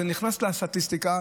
זה נכנס לסטטיסטיקה,